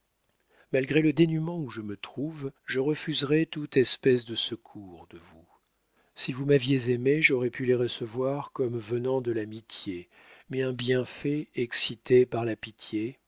malgré le dénument où je me trouve je refuserai tout èspec de secour de vous si vous m'aviez aimé j'orai pu les recevoir comme venent de la mitié mais un bienfait exité par la pitié